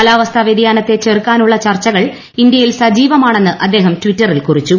കാലാവസ്ഥാ വൃതിയാനത്തെ ചെറുക്കാന്റുള്ള് ചർച്ചകൾ ഇന്ത്യയിൽ സജീവമാണെന്ന് അദ്ദേഷ്ട്ടിറ്ററിൽ കുറിച്ചു